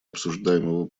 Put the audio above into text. обсуждаемого